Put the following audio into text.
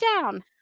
down